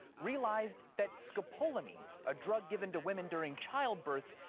realized that scopolamine, a drug given to women during childbirth,